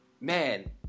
man